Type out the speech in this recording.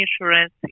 insurance